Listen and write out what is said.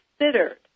considered